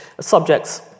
subjects